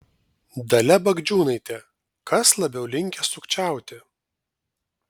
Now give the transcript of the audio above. dalia bagdžiūnaitė kas labiau linkęs sukčiauti